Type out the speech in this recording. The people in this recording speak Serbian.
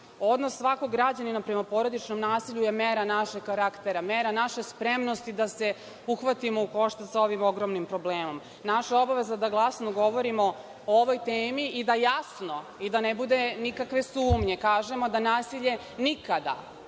odnos svakog građanina prema porodičnom nasilju je mera našeg karaktera, mera naše spremnosti da se uhvatimo u koštac sa ovim ogromnim problemom. Naša je obaveza da glasno govorimo o ovoj temi i da jasno i da ne bude nikakve sumnje kažemo da nasilje nikada,